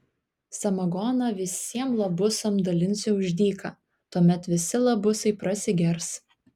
samagoną visiem labusam dalinsiu už dyką tuomet visi labusai prasigers